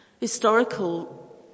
Historical